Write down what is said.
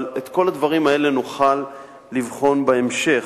אבל את כל הדברים האלה נוכל לבחון בהמשך.